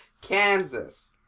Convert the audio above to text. Kansas